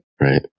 right